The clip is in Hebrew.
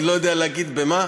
אני לא יודע להגיד במה,